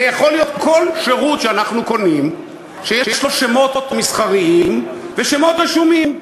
זה יכול להיות כל שירות שאנחנו קונים שיש לו שמות מסחריים ושמות רשומים.